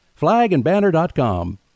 Flagandbanner.com